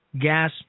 gas